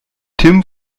tim